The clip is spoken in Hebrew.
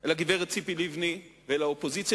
אל הגברת ציפי לבני ואל האופוזיציה,